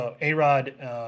A-Rod